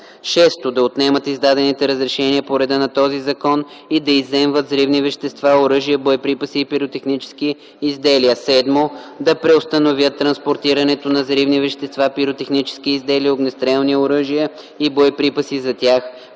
6. да отнемат издадените разрешения по реда на този закон и да изземват взривни вещества, оръжия, боеприпаси и пиротехнически изделия; 7. да преустановят транспортирането на взривни вещества, пиротехнически изделия, огнестрелни оръжия и боеприпаси за тях,